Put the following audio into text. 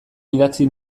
idatzi